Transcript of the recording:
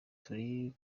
turi